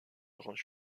range